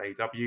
AW